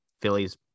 Phillies